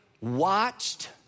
watched